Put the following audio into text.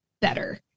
better